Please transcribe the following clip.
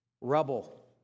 rubble